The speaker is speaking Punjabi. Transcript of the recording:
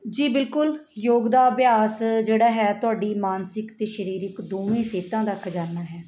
ਜੀ ਬਿਲਕੁਲ ਯੋਗ ਦਾ ਅਭਿਆਸ ਜਿਹੜਾ ਹੈ ਤੁਹਾਡੀ ਮਾਨਸਿਕ ਅਤੇ ਸਰੀਰਿਕ ਦੋਵੇਂ ਸਿਹਤ ਦਾ ਖਜ਼ਾਨਾ ਹੈ